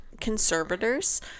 conservators